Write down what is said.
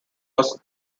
was